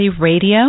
Radio